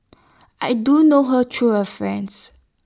I do know her through A friend